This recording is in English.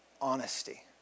honesty